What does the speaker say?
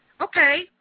okay